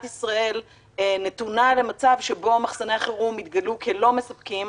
ישראל נתונה למצב שבו מחסני החירום התגלו כלא מספקים,